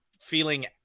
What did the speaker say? feeling